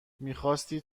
میخاستی